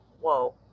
whoa